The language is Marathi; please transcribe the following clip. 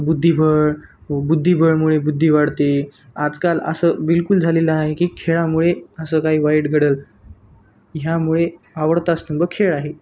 बुद्धिबळ बुद्धिबळमुळे बुद्धी वाढते आजकाल असं बिलकुल झालेलं आहे की खेळामुळे असं काही वाईट घडेल ह्यामुळे आवडता स्तंभ खेळ आहे